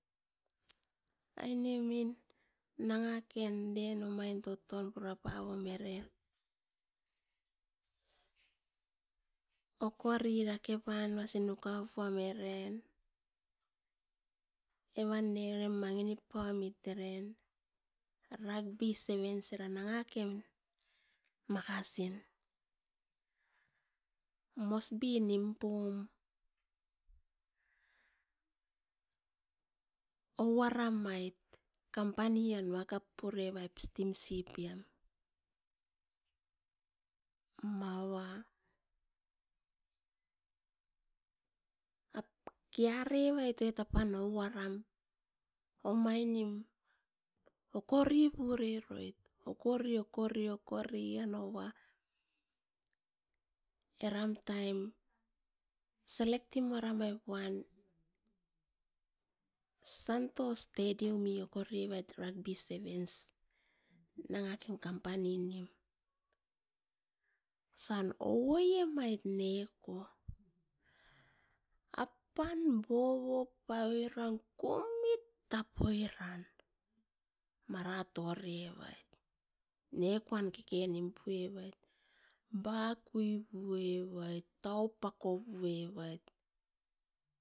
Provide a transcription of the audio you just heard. Aine min nanga neken omain toton pura paom eren oko ri dake panuasin uka puam eren, evan ne omain era winip pau omit eren. Rugby sevens era nanga kerea makasin Moresby nim pum olia ramait kampanian wakap pure wait Steamship an mava kirevait oit apan ou aram omainim okoripure roit, okori, okori nanoa eram taim select timu ara mait Santos stedium an era sevens. Nanga ken kampani nim, osan ou oiemait neko. Apan bobo pai oran kumit tapoi ran mara tori evait nekoan keke nim puevait bakui pue bait opako pue bait.